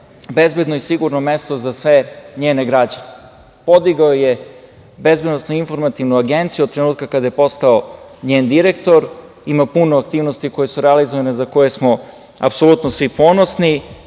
bezbedno i sigurno mesto za sve njene građane. Podigao je BIA od trenutka kada je postao njen direktor, ima puno aktivnosti koje su realizovane i na koje smo apsolutno svi ponosni.